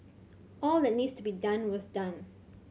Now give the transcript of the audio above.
all that needs to be done was done